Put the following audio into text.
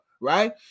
Right